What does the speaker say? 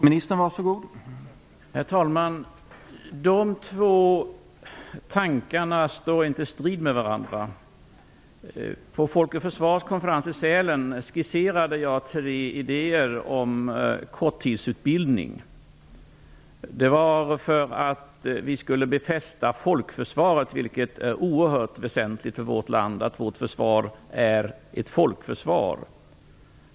Herr talman! De två tankarna står inte i strid med varandra. På Folk och försvars konferens i Sälen skisserade jag tre idéer om korttidsutbildning. Det var för att vi skulle befästa folkförsvaret. Det är oerhört väsentligt för vårt land att vårt försvar är ett folkförsvar.